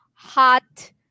hot